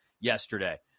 yesterday